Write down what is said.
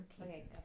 Okay